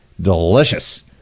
Delicious